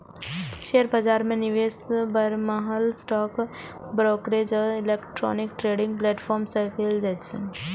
share बाजार मे निवेश बरमहल स्टॉक ब्रोकरेज आ इलेक्ट्रॉनिक ट्रेडिंग प्लेटफॉर्म सं कैल जाइ छै